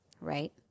right